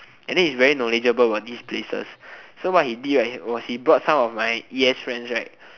and then he's very knowledgeable about these places so what he did was he brought some of my e_s friends right